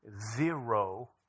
zero